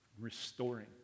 Restoring